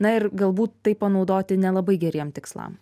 na ir galbūt tai panaudoti ne labai geriem tikslam